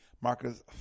Marcus